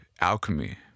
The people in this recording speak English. alchemy